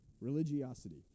Religiosity